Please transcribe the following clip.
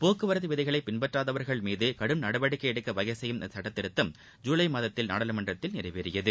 போக்குவரத்து விதிகளை பின்பற்றாதவர்கள் மீது கடும்நடவடிக்கை எடுக்க வகைசெய்யும் இந்த சட்டத்திருத்தம் ஜுலை மாதத்தில் நாடாளுமன்றத்தில் நிறைவேறியது